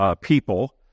people